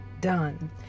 done